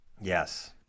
yes